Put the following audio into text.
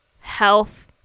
health